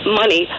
money